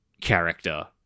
character